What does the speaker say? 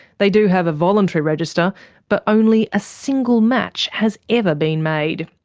they do have a voluntary register but only a single match has ever been made.